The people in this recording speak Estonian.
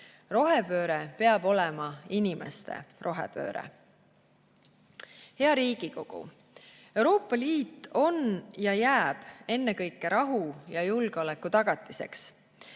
Rohepööre peab olema inimeste rohepööre. Hea Riigikogu! Euroopa Liit on ja jääb ennekõike rahu ja julgeoleku tagatiseks.